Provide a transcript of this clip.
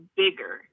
bigger